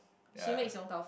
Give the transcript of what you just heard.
ya